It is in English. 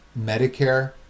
Medicare